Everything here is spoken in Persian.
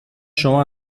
شما